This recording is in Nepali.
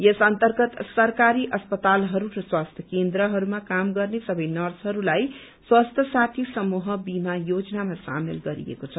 यस अन्तर्गत सरकारी अस्पतालहरू र स्वास्थ्य केन्द्रहरूमा काम गर्ने सवै नर्सहरूलाई स्वास्थ्य साथी समूह बीमा योजनामा सामेल गरिएको छ